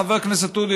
חבר הכנסת עודה,